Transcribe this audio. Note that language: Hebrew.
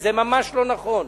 וזה ממש לא נכון.